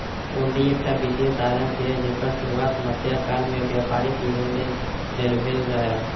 हुंडी एकटा वित्तीय साधन छियै, जेकर शुरुआत मध्यकाल मे व्यापारिक लेनदेन लेल भेल रहै